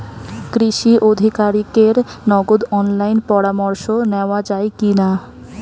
কৃষি আধিকারিকের নগদ অনলাইন পরামর্শ নেওয়া যায় কি না?